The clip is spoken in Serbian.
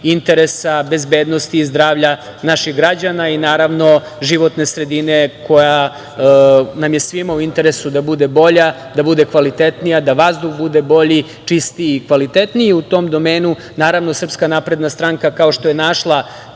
interesa, bezbednosti i zdravlja naših građana i, naravno, životne sredine, koja nema je svima u interesu da bude bolja, da bude kvalitetnija, da vazduh bude bolji, čistiji i kvalitetniji.U tom domenu, naravno, SNS, kao što je našla